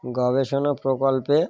গবেষণা প্রকল্পে